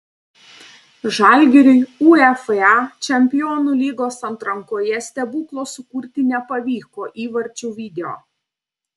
žalgiriui uefa čempionų lygos atrankoje stebuklo sukurti nepavyko įvarčių video